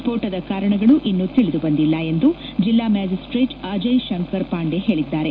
ಸ್ಪೋಟದ ಕಾರಣಗಳು ಇನ್ನೂ ತಿಳಿದು ಬಂದಿಲ್ಲ ಎಂದು ಜಿಲ್ಲಾ ಮ್ಯಾಜಿಸ್ಟ್ರೇಟ್ ಅಜಯ್ ಶಂಕರ್ ಪಾಂಡೆ ಹೇಳಿದ್ದಾರೆ